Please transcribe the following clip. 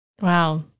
Wow